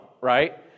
right